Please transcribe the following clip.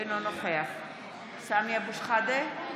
אינו נוכח סמי אבו שחאדה,